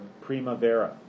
Primavera